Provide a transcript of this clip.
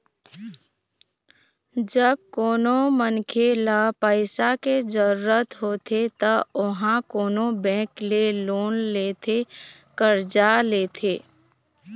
जब कोनो मनखे ल पइसा के जरुरत होथे त ओहा कोनो बेंक ले लोन लेथे करजा लेथे